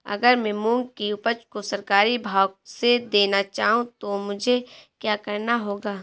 अगर मैं मूंग की उपज को सरकारी भाव से देना चाहूँ तो मुझे क्या करना होगा?